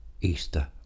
Easter